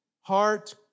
heart